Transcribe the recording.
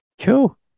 Cool